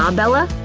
um bella?